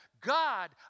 God